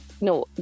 No